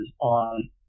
on